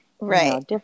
right